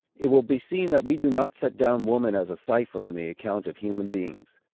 it will be seen that we do not set down woman as a cipher in the account of human beings.